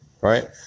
Right